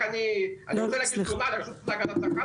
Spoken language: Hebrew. אני רוצה להגיש תלונה לרשות להגנת הצרכן